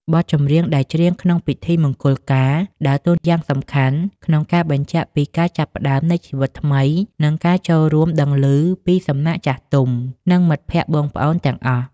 បទចម្រៀងដែលច្រៀងក្នុង "ពិធីមង្គលការ" ដើរតួយ៉ាងសំខាន់ក្នុងការបញ្ជាក់ពីការចាប់ផ្តើមនៃជីវិតថ្មី និងការចូលរួមដឹងឮពីសំណាក់ចាស់ទុំ និងមិត្តភក្តិបងប្អូនទាំងអស់។